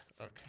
Okay